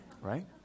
Right